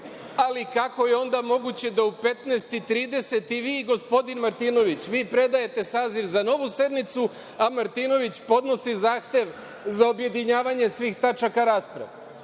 ali kako je onda moguće da u 15.30 časova i vi i gospodin Martinović, vi predajete saziv za novu sednicu, a Martinović podnosi zahtev za objedinjavanje svih tačaka rasprave?